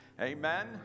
Amen